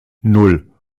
nan